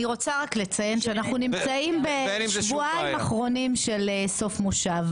אני רוצה רק לציין שאנחנו נמצאים בשבועיים אחרונים של סוף מושב,